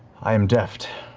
i am deft,